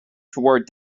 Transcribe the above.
toward